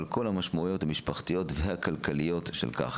על כל המשמעויות המשפחתיות והכלכליות שבכך.